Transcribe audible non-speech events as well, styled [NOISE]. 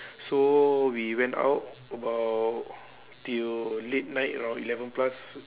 [BREATH] so we went out about till late night around eleven plus